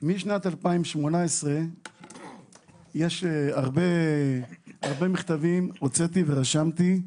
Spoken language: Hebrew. משנת 2018 יש הרבה מכתבים, הוצאתי ורשמתי,